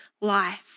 life